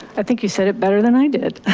i think you said it better than i did.